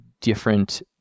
Different